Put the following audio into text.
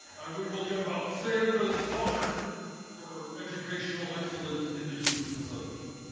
and we will give out sander's honors for educational excellence in the use of percentages.